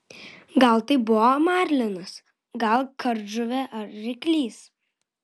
gal tai buvo marlinas gal kardžuvė ar ryklys